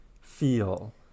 feel